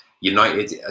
United